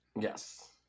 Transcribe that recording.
Yes